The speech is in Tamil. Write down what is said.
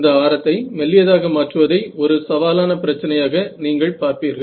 இந்த ஆரத்தை மெல்லியதாக மாற்றுவதை ஒரு சவாலான பிரச்சனையாக நீங்கள் பார்ப்பீர்கள்